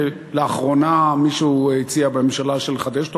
ולאחרונה מישהו הציע בממשלה לחדש אותו,